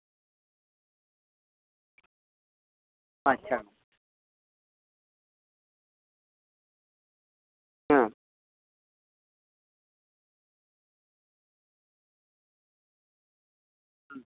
ᱟᱪᱪᱷᱟ ᱦᱮᱸ ᱦᱩᱸ